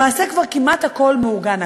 למעשה כבר כמעט הכול מאורגן,